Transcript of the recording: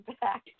back